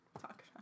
talk